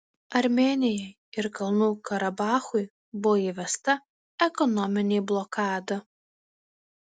armėnijai ir kalnų karabachui buvo įvesta ekonominė blokada